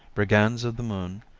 brigands of the moon,